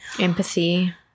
empathy